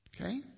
Okay